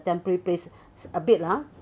temporary place a bit ah